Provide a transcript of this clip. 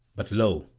but lo!